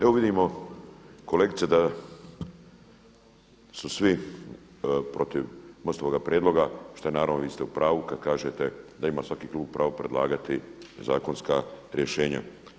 Evo vidimo kolegice da su svi protiv MOST-ovog prijedloga šta naravno vi ste u pravu kada kažete da ima svaki klub pravo predlagati zakonska rješenja.